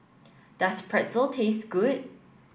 does Pretzel taste good